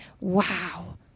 wow